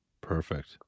Perfect